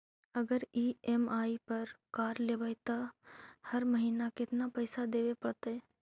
अगर ई.एम.आई पर कार लेबै त हर महिना केतना पैसा देबे पड़तै?